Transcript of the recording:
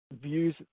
Views